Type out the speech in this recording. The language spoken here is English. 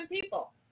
people